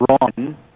Ron